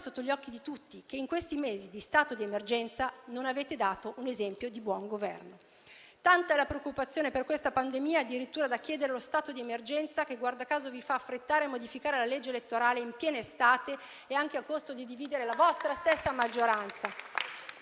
sotto gli occhi di tutti: in questi mesi di stato d'emergenza non avete dato un esempio di buon Governo. Tanta è la preoccupazione per questa pandemia, addirittura da chiedere lo stato d'emergenza, che - guarda caso - vi fa affrettare a modificare la legge elettorale in piena estate, anche a costo di dividere la vostra stessa maggioranza